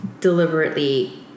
deliberately